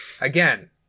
again